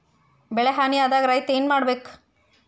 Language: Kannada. ಬೆಳಿ ಹಾನಿ ಆದಾಗ ರೈತ್ರ ಏನ್ ಮಾಡ್ಬೇಕ್?